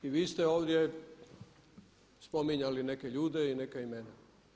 I vi ste ovdje spominjali neke ljude i neka imena.